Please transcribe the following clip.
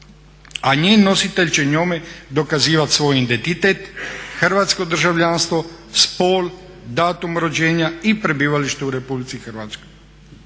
a njen nositelj će njome dokazivati svoj identitet, hrvatsko državljanstvo, spol, datum rođenja i prebivalište u RH. Osim u skladu